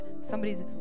somebody's